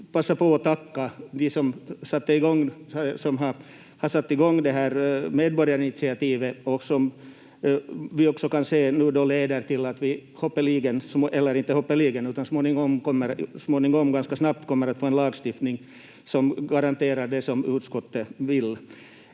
passa på att tacka de som har satt i gång det här medborgarinitiativet som vi också kan se att nu leder till att vi hoppeligen — eller inte hoppeligen utan småningom, ganska snabbt — kommer att få en lagstiftning som garanterar det som utskottet vill.